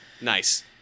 nice